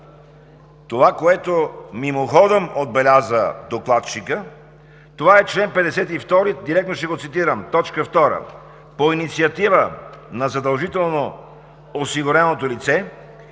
това, което мимоходом отбеляза докладчикът. Това е чл. 52, директно ще го цитирам: „2. По инициатива на задължително осигуреното лице